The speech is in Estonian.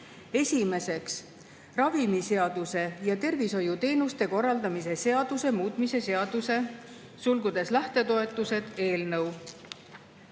Esimeseks, ravimiseaduse ja tervishoiuteenuste korraldamise seaduse muutmise seaduse (lähtetoetused) eelnõu.